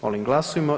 Molim glasujmo.